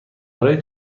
برای